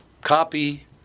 copy